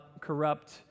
corrupt